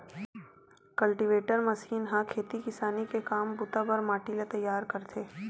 cultivator machine ह खेती किसानी के काम बूता बर माटी ल तइयार करथे